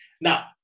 now